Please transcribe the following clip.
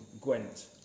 Gwent